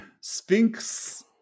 Sphinx